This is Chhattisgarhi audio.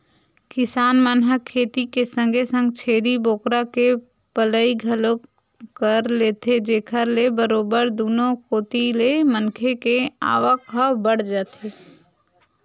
किसान मन ह खेती के संगे संग छेरी बोकरा के पलई घलोक कर लेथे जेखर ले बरोबर दुनो कोती ले मनखे के आवक ह बड़ जाथे